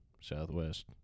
Southwest